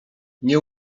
nie